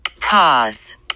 pause